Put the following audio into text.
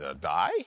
die